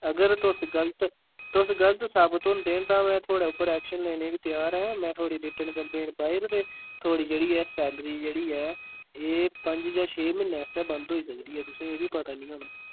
अगर तुस गलत तुस गलत साबत होंदे तां मै थोआड़े उप्पर ऐक्शन लैने बी तेआर ऐं में थोआड़ी रिटन कम्प्लेन पाई ओड़ेग ते थोआड़ी जेह्ड़ी ऐ सैलरी जेह्ड़ी ऐ एह् पंज जां छे म्हीने आस्तै बंद होई सकदी ऐ तुसें एह् बी पता नि होना